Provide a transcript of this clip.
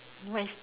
what's